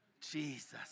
Jesus